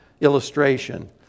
illustration